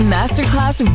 Masterclass